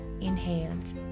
inhaled